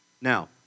Now